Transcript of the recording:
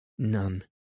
None